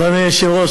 אדוני היושב-ראש,